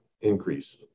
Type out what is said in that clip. increase